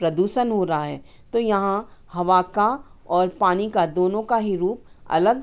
प्रदूषण हो रहा है तो यहाँ हवा का और पानी का दोनों का ही रूप अलग